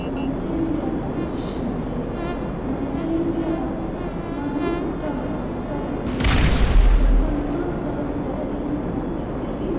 मञ्जर्यः दृश्यन्ते मञ्जरीभ्यः मधु स्रव् स्रवति वसन्तोत्सवस्य ऋतुः इत्यपि